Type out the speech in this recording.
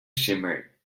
shimmered